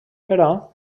però